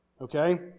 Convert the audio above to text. Okay